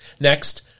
Next